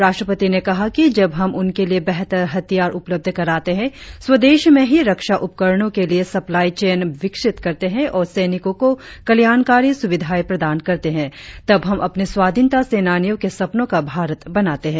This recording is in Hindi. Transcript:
राष्ट्रपति ने कहा कि जब हम उनके लिए बेहतर हथियार उपलब्ध कराते है स्वदेश में ही रक्षा उपकरणों के लिए सप्लाई चेन विकसित करते है और सैनिकों को कल्याणकारी सुविधाए प्रदान करते है तब हम अपने स्वाधीनता सैनानियों के सपनों का भारत बनाते है